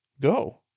Go